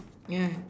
yeah